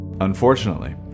Unfortunately